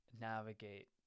navigate